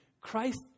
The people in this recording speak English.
Christ